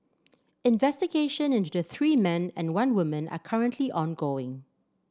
investigation into the three men and one woman are currently ongoing